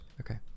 Okay